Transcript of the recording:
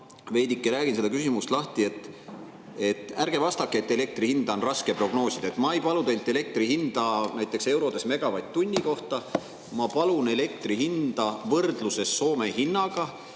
veidike räägin seda küsimust lahti. Ärge vastake, et elektri hinda on raske prognoosida. Ma ei palu teilt elektri hinda näiteks eurodes megavatt-tunni kohta, ma palun elektri hinda võrdluses Soome hinnaga.